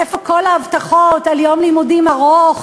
איפה כל ההבטחות על יום לימודים ארוך,